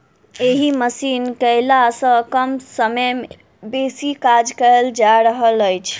एहि मशीन केअयला सॅ कम समय मे बेसी काज कयल जा रहल अछि